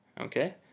Okay